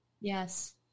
Yes